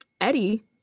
Eddie